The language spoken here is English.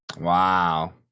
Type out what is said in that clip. Wow